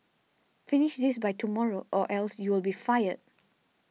finish this by tomorrow or else you'll be fired